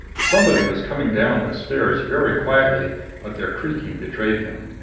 somebody was coming down the stairs very quietly but their creaking betrayed him.